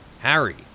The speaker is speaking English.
Harry